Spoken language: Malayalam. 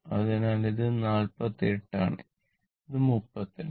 അതിനാൽ ഇത് 48 ആണ് ഇത് 32